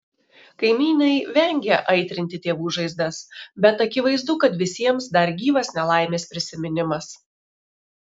kaimynai vengia aitrinti tėvų žaizdas bet akivaizdu kad visiems dar gyvas nelaimės prisiminimas